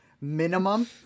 Minimum